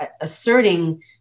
asserting